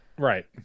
right